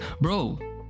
Bro